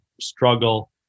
struggle